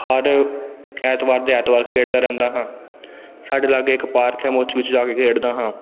ਹਰ ਐਤਵਾਰ ਦੇ ਐਤਵਾਰ ਖੇਡਦਾ ਰਹਿੰਦਾ ਹਾਂ ਸਾਡੇ ਲਾਗੇ ਇੱਕ ਪਾਰਕ ਹੈ ਮੈਂ ਉਸ ਵਿੱਚ ਜਾ ਕੇ ਖੇਡਦਾ ਹਾਂ